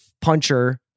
puncher